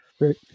right